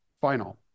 final